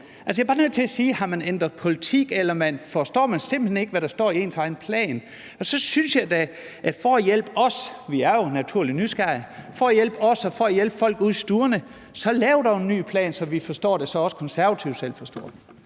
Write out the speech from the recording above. jeg er bare nødt til at spørge, om man har ændret politik, eller forstår man simpelt hen ikke, hvad der står i ens egen plan? Så synes jeg da, at man, for at hjælpe os – vi er jo naturligt nysgerrige – og for at hjælpe folk ude i stuerne, skulle lave en ny plan, så vi forstår det, og så Konservative også selv forstår den.